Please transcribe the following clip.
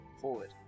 forward